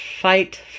fight